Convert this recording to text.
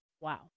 Wow